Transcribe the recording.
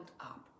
up